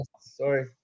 sorry